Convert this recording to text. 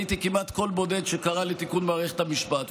הייתי כמעט קול בודד שקרא לתיקון מערכת המשפט.